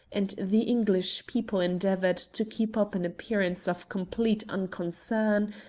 and the english people endeavoured to keep up an appearance of complete unconcern,